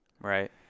Right